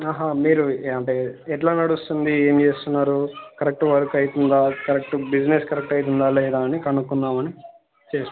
ఆహా మీరు అంటే ఎలా నడుస్తుంది ఏం చేస్తున్నారు కరెక్ట్ వర్క్ అవుతోందా కరెక్ట్ బిజినెస్ కరెక్ట్ అవుతోందా లేదా అని కనుక్కుందామని చేసాను